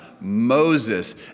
Moses